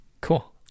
Cool